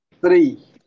three